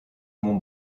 mon